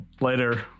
Later